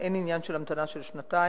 כאן אין עניין של המתנה של שנתיים.